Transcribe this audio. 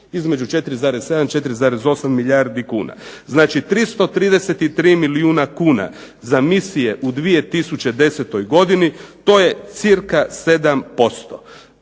Između 4,7 i 4,8 milijardi kuna. Znači 333 milijuna kuna za misije u 2010. godini to je cca 7%